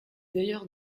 d’ailleurs